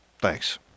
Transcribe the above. Thanks